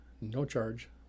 no-charge